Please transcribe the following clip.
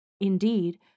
Indeed